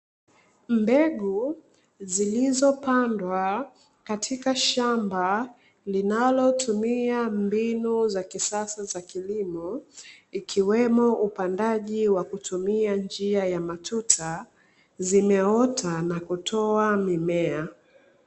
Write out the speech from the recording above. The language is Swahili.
Mbegu zilizopandwa katika shamba, linalotumia mbinu za kisasa za kilimo, ikiwemo upandaji wa kutumia njia ya matuta zimeota na kutoa mimea.